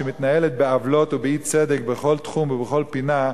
שמתנהלת בעוולות ובאי-צדק בכל תחום ובכל פינה,